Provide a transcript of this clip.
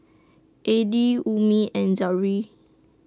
Adi Ummi and Zikri